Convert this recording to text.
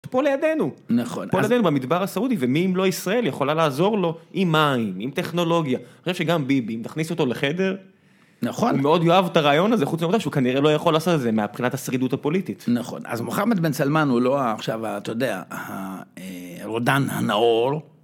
פה לידינו, -נכון, -פה לידינו במדבר הסעודי, ומי אם לא ישראל יכולה לעזור לו עם מים, עם טכנולוגיה. אחרי שגם ביבי, אם תכניס אותו לחדר... -נכון -הוא מאוד אוהב את הרעיון הזה, חוץ מהעובדה שהוא כנראה לא יכול לעשות את זה מבחינת השרידות הפוליטית. -נכון, אז מוחמד בן סלמן הוא לא עכשיו, אה, אתה יודע, אה, הרודן הנאור.